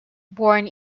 born